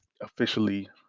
officially